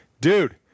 dude